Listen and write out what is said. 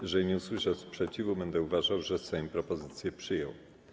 Jeżeli nie usłyszę sprzeciwu, będę uważał, że Sejm propozycję przyjął.